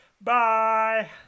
Bye